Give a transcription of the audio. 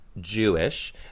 Jewish